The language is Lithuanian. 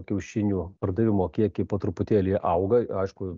kiaušinių pardavimo kiekiai po truputėlį auga aišku